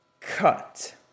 cut